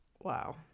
wow